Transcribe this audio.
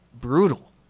brutal